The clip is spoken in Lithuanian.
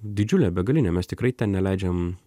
didžiulė begalinė mes tikrai ten neleidžiam